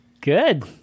Good